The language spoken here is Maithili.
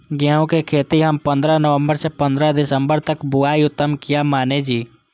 गेहूं के खेती हम पंद्रह नवम्बर से पंद्रह दिसम्बर तक बुआई उत्तम किया माने जी?